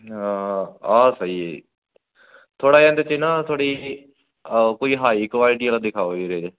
ਆਹ ਸਹੀ ਥੋੜ੍ਹਾ ਜਿਹਾ ਇਹਦੇ 'ਚ ਨਾ ਥੋੜ੍ਹੀ ਜਿਹੀ ਕੋਈ ਹਾਈ ਕਵਾਲਟੀ ਆਲਾ ਦਿਖਾਓ ਵੀਰੇ ਇਹ